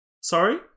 Sorry